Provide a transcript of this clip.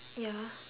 ya